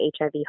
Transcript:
HIV